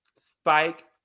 Spike